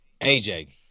AJ